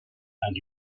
and